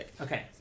Okay